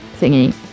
thingy